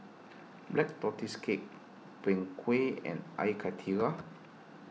Black Tortoise Cake Png Kueh and Air Karthira